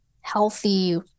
healthy